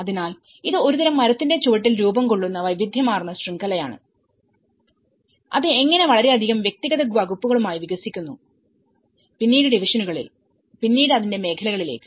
അതിനാൽ ഇത് ഒരുതരം മരത്തിന്റെ ചുവട്ടിൽ രൂപം കൊള്ളുന്ന വൈവിധ്യമാർന്ന ശൃംഖലയാണ് അത് എങ്ങനെ വളരെയധികം വ്യക്തിഗത വകുപ്പുകളായി വികസിക്കുന്നു പിന്നീട് ഡിവിഷനുകളിൽ പിന്നീട് അതിന്റെ മേഖലകളിലേക്ക്